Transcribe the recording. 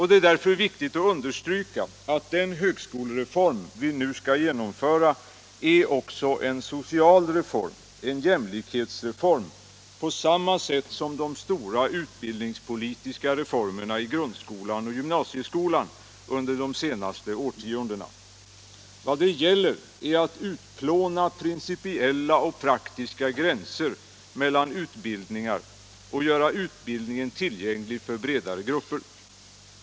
Det är därför viktigt att understryka att den högskolereform vi nu skall genomföra är en social reform, en jämlikhetsreform, på samma sätt som de stora utbildningspolitiska reformerna i grundskolan och gymnasieskolan under de senaste årtiondena. Vad det gäller är att utplåna principiella och praktiska gränser mellan utbildningar och att göra utbildningen tillgänglig för bredare grupper.